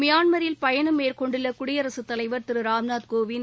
மியான்மரில் பயணம் மேற்கொண்டுள்ள குடியரசுத்தலைவர் திரு ராம் நாத் கோவிந்த்